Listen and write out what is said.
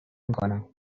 میکنم